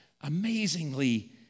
amazingly